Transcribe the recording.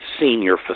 senior